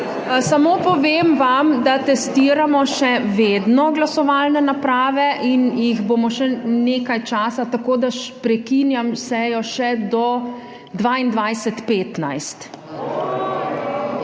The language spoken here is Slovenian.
Samo povem vam, da še vedno testiramo glasovalne naprave in jih bomo še nekaj časa, tako da prekinjam sejo še do 22.15.